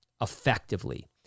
effectively